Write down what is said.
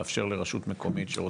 לאפשר לרשות מקומית שרוצה.